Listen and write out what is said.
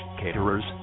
caterers